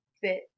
fit